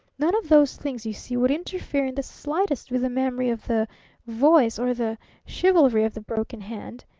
none of those things, you see, would interfere in the slightest with the memory of the voice or the chivalry of the broken hand.